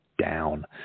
down